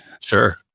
sure